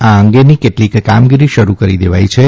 આ અંગેની કેટલીક કામગીરી શરૂ કરી દેવાઇ છે